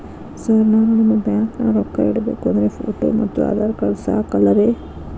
Sir ನಾನು ನಿಮ್ಮ ಬ್ಯಾಂಕನಾಗ ರೊಕ್ಕ ಇಡಬೇಕು ಅಂದ್ರೇ ಫೋಟೋ ಮತ್ತು ಆಧಾರ್ ಕಾರ್ಡ್ ಸಾಕ ಅಲ್ಲರೇ?